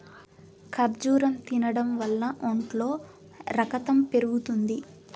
ఖర్జూరం తినడం వల్ల ఒంట్లో రకతం పెరుగుతుంది